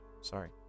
Sorry